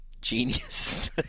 genius